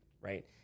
Right